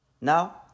Now